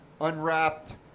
unwrapped